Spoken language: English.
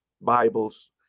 Bibles